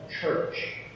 church